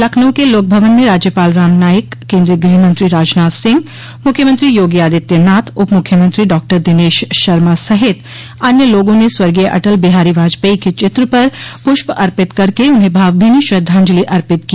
लखनऊ के लोकभवन में राज्यपाल राम नाईक केन्द्रीय गृहमंत्री राजनाथ सिंह मुख्यमंत्री योगी आदित्यनाथ उपमुख्यमंत्री डॉक्टर दिनेश शर्मा सहित अन्य लोगों ने स्वर्गीय अटल बिहारी वाजपेयी के चित्र पर पुष्प अर्पित करके उन्हें भावभीनी श्रद्धांजलि अर्पित की